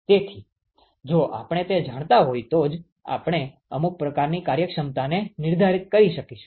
તેથી જો આપણે તે જાણતા હોય તો જ આપણે અમુક પ્રકારની કાર્યક્ષમતાને નિર્ધારિત કરી શકીશું